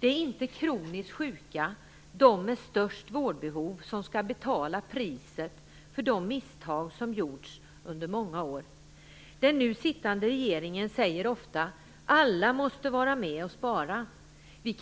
Det är inte kroniskt sjuka, de med störst vårdbehov, som skall betala priset för de misstag som gjorts under många år. Den nu sittande regeringen säger ofta: Alla måste vara med och spara! Vi